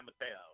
Mateo